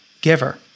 giver